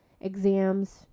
exams